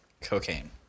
Cocaine